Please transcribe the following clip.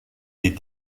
des